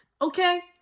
Okay